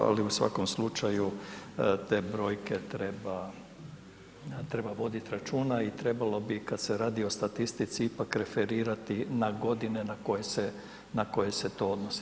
Ali u svakom slučaju te brojke treba, treba voditi računa i trebalo bi kada se radi o statistici ipak referirati na godine na koje se to odnosi.